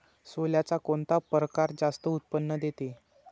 सोल्याचा कोनता परकार जास्त उत्पन्न देते?